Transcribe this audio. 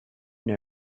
know